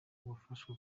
wafashwe